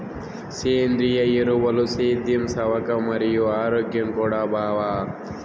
సేంద్రియ ఎరువులు సేద్యం సవక మరియు ఆరోగ్యం కూడా బావ